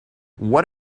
what